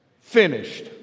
finished